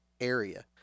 area